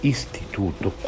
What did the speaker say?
Istituto